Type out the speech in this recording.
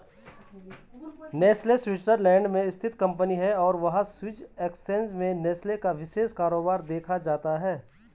Nestle Switzerland में स्थित company है और स्विस एक्सचेंज में नेस्ले का विशेष कारोबार देखा जाता है